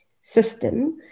system